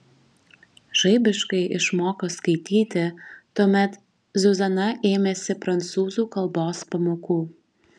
žaibiškai išmoko skaityti tuomet zuzana ėmėsi prancūzų kalbos pamokų